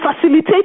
facilitate